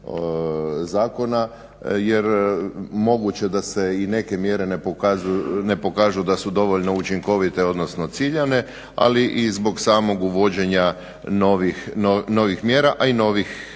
zakona jer moguće da se i neke mjere ne pokažu da su dovoljno učinkovite odnosno ciljane ali i zbog samog uvođenja novih mjera a i novih